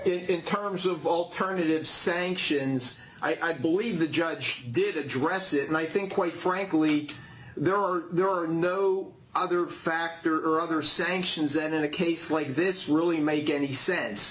comes of alternative sanctions i believe the judge did address it and i think quite frankly there are there are no other factor other sanctions and in a case like this really make any sense